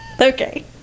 okay